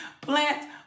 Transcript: plant